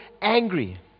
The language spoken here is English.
angry